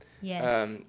Yes